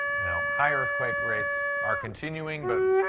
you know, high earthquake rates are continuing, but,